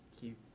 keep